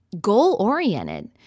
goal-oriented